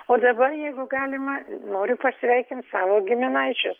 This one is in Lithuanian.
o dabar jeigu galima noriu pasveikint savo giminaičius